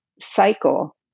cycle